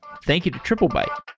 thank you to triplebyte